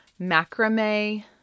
macrame